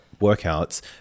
workouts